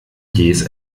jähes